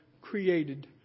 created